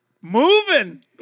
moving